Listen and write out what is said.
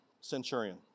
Centurion